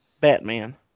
Batman